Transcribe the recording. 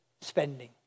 spending